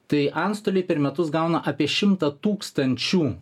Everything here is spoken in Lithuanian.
tai antstoliai per metus gauna apie šimtą tūkstančių